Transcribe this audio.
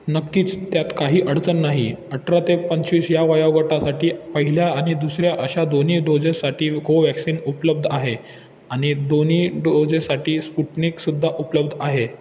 नक्कीच त्यात काही अडचण नाही अठरा ते पंचवीस या वयोगटासाठी पहिल्या आणि दुसऱ्या अशा दोन्ही डोजेससाठी कोव्हॅक्सिन उपलब्ध आहे आणि दोन्ही डोजेससाठी स्पुटनिकसुद्धा उपलब्ध आहे